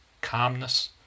calmness